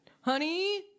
honey